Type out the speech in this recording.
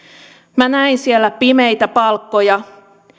minä näin siellä pimeitä palkkoja